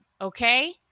okay